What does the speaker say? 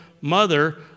mother